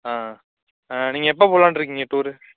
ஆ ஆ நீங்கள் எப்போ போலான்னு இருக்கிங்க டூரு